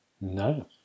No